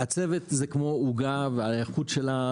הצוות זה כמו עוגה והאיכות שלה,